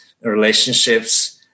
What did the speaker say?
relationships